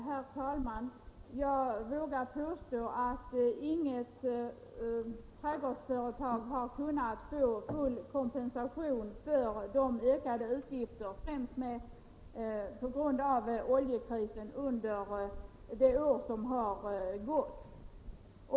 Herr talman! Jag vågar påstå att inget eller mycket få trädgårdsföretag har kunnat få full kompensation för de ökade utgifterna på grund av det höga oljepriset undet det år som gått.